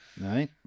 Right